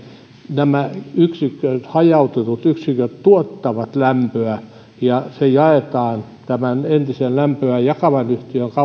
nämä yksiköt hajautetut yksiköt tuottavat lämpöä ja se jaetaan tämän entisen lämpöä jakavan